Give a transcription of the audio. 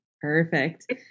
Perfect